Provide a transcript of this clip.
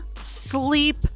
sleep